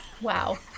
Wow